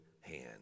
hand